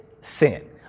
sin